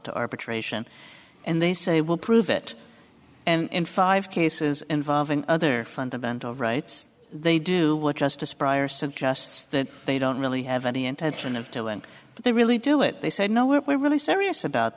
to arbitration and they say will prove it and in five cases involving other fundamental rights they do what justice breyer suggests that they don't really have any intention of telling but they really do it they said no we're really serious about